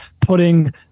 putting –